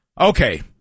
Okay